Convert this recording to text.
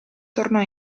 tornò